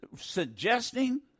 Suggesting